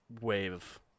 wave